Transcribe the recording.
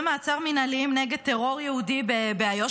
מעצר מינהליים נגד טרור יהודי באיו"ש,